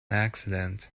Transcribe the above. accident